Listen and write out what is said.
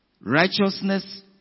Righteousness